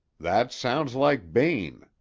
that sounds like bayne,